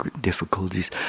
difficulties